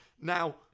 Now